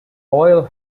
oil